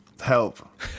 Help